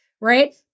right